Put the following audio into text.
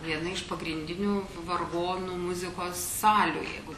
viena iš pagrindinių vargonų muzikos salių jeigu